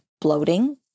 bloating